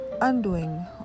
undoing